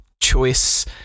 choice